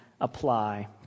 apply